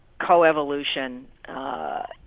coevolution